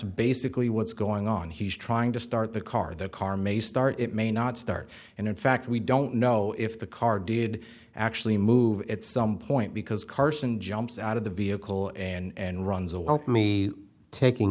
basically what's going on he's trying to start the car the car may start it may not start and in fact we don't know if the car did actually move at some point because carson jumps out of the vehicle and runs a well me taking